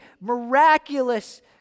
miraculous